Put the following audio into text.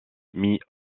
mis